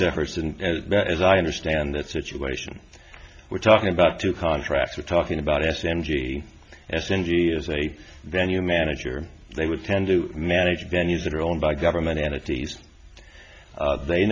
person as bad as i understand the situation we're talking about two contracts we're talking about s m g s n g as a venue manager they would tend to manage venues that are owned by government entities they